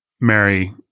Mary